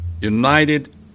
united